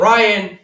Ryan